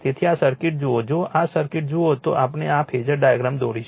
તેથી આ સર્કિટ જુઓ જો આ સર્કિટ જુઓ તો આપણે આ ફેઝર ડાયાગ્રામ દોરીશું